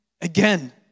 Again